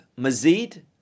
mazid